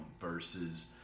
versus